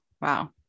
Wow